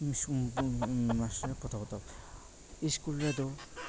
school ᱨᱮᱫᱚ